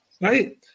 right